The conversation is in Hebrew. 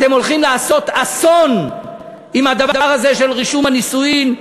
אתם הולכים לעשות אסון עם הדבר הזה של רישום הנישואין,